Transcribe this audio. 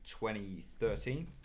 2013